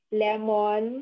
lemon